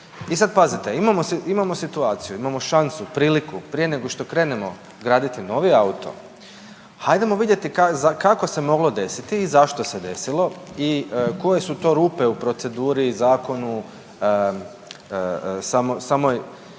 I sada pazite imamo situaciju, imamo šansu, priliku prije nego što krenemo graditi novi auto, hajdemo vidjeti kako se moglo desiti i zašto se desilo i koje su to rupe u proceduri, zakonu, samoj